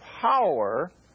power